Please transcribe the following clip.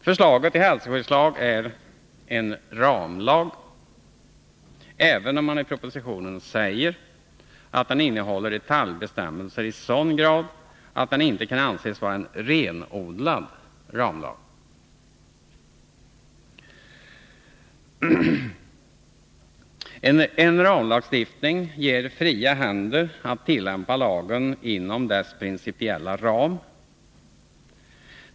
Förslaget till hälsoskyddslag är en ramlag, även om man i propositionen säger att den innehåller detaljbestämmelser i sådan grad att den inte kan anses vara en renodlad ramlag. En ramlagstiftning ger fria händer att tillämpa lagen inom dess principiella ram.